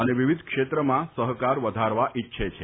અને વિવિધ ક્ષેત્રમાં સહકાર વધારવા ઈચ્છે છે